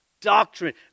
Doctrine